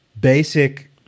basic